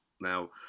Now